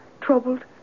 Troubled